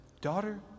daughter